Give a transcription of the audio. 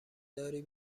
داری